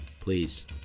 Please